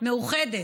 מאוחדת,